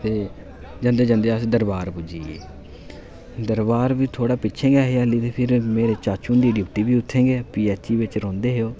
जंदे जंदे अस दरबार पुज्जी गे दरबार बी थोह्ड़ा पिच्छे गै हे हाल्ली ते मेरे चाचू हुंदी डिप्टी बी उत्थें गै पी ऐची बिच रौंह्दे हे ओह्